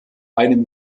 einem